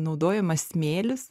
naudojamas smėlis